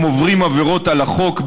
הם עוברים עבירות על החוק,